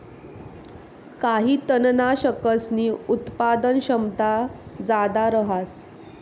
काही तननाशकसनी उत्पादन क्षमता जादा रहास